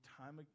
time